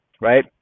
right